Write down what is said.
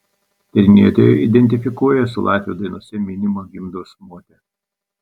tyrinėtojai identifikuoja su latvių dainose minima gimdos mote